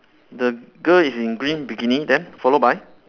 the girl is in green bikini then followed by